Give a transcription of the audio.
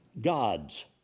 God's